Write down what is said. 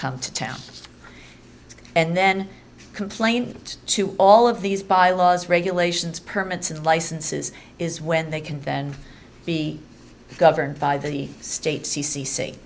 come to town and then complains to all of these by laws regulations permits and licenses is when they can then be governed by the state c c c